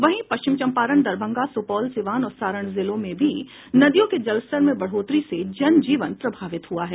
वहीं पश्चिम चंपारण दरभंगा सुपौल सीवान और सारण जिले में भी नदियों के जलस्तर में बढ़ोतरी से जनजीवन प्रभावित हुआ है